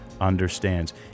understands